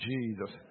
Jesus